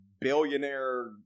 billionaire